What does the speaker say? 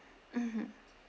mmhmm